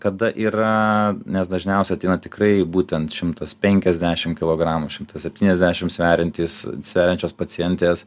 kada yra nes dažniausia ateina tikrai būtent šimtas penkiasdešim kilogramų šimtas septyniasdešim sveriantys sveriančios pacientės